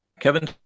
Kevin